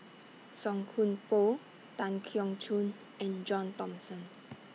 Song Koon Poh Tan Keong Choon and John Thomson